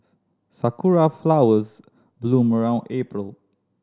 sakura flowers bloom around April